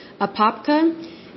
Apopka